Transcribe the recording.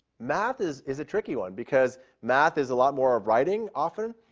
math is is a tricky one. because math is a lot more of writing, often,